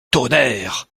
tonnerre